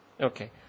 Okay